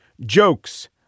jokes